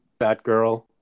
batgirl